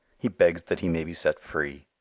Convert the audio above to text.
he begs that he may be set free.